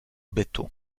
bytu